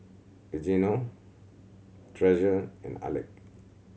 Eugenio Treasure and Alek